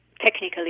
technically